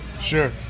sure